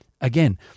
Again